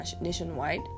nationwide